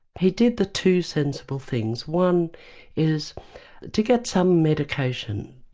he did the two sensible things one is to get some medication.